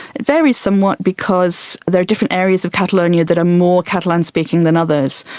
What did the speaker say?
it varies somewhat because there are different areas of catalonia that are more catalan speaking than others.